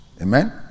Amen